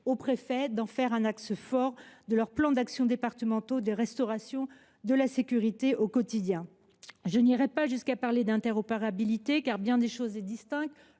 aux préfets d’en faire un axe fort de leurs plans d’action départementaux de restauration de la sécurité du quotidien. Je n’irai pas jusqu’à parler d’interopérabilité, car bien des éléments singularisent